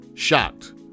shocked